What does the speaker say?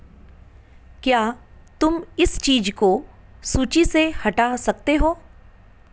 क्या तुम इस चीज़ को सूची से हटा सकते हो